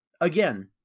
again